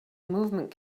movement